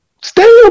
Stay